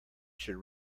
should